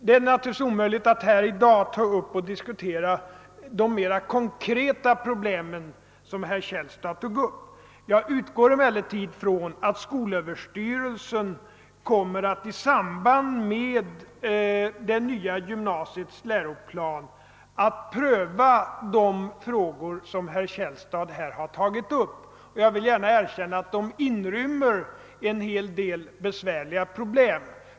Det är naturligtvis omöjligt att vid detta tillfälle gå in på en diskussion av de mer konkreta problem herr Källstad tog upp. Jag utgår emellertid från att skolöverstyrelsen i samband med det nya gymnasiets läroplan kommer att pröva dessa frågor. Jag vill erkänna att de inrymmer en hel del besvärliga problem.